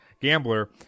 gambler